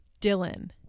Dylan